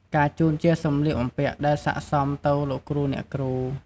ការជូនជាសម្លៀកបំពាក់ដែលសិក្កសមទៅលោកគ្រូអ្នកគ្រូ។